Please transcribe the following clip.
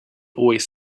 always